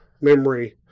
memory